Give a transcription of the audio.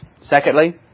Secondly